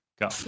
Go